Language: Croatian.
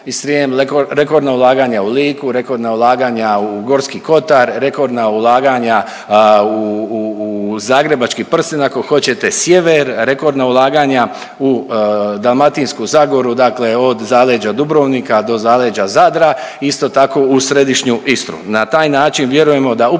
rekordna ulaganja u Liku, rekordna ulaganja u Gorski Kotar, rekordna ulaganja u, u, u zagrebački prsten ako hoćete, sjever, rekordna ulaganja u Dalmatinsku zagoru, dakle od zaleđa Dubrovnika do zaleđa Zadra, isto tako u središnju Istru.